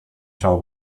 shall